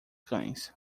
cães